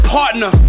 partner